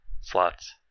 slots